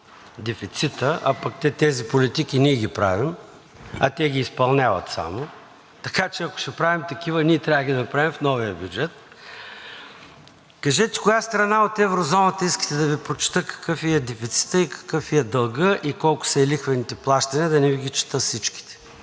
дефицита, а пък тези политики ние ги правим, а те ги изпълняват само. Така че, ако ще правим такива, ние трябва да ги направим в новия бюджет. Кажете за коя страна от еврозоната искате да Ви прочета какъв ѝ е дефицитът, какъв ѝ е дългът и колко са ѝ лихвените плащания, за да не Ви ги чета всичките?